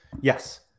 Yes